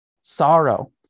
sorrow